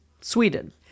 Sweden